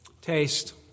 Taste